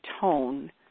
tone